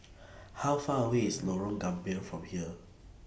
How Far away IS Lorong Gambir from here